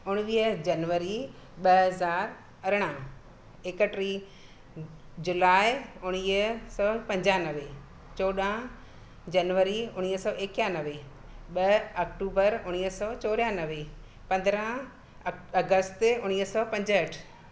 उणिवीह जनवरी ॿ हज़ार अरिड़हं एकटीह जुलाई उणिवीह सौ पंजानवे चोॾहं जनवरी उणिवीह सौ एकानवे ॿ अक्टूबर उणिवीह सौ चोरानवे पंद्रहं अगस्त उणिवीह सौ पंजहठि